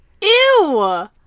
Ew